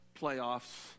playoffs